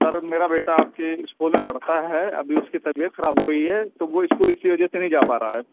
سر میرا بیٹا آپ کے اسکول میں پڑھتا ہے ابھی اس کی طبیعت خراب ہو گئی ہے تو وہ اسکول اسی وجہ سے نہیں جا پا رہا ہے